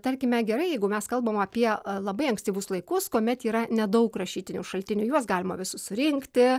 tarkime gerai jeigu mes kalbam apie a labai ankstyvus laikus kuomet yra nedaug rašytinių šaltinių juos galima visus surinkti